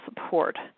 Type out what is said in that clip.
support